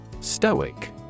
Stoic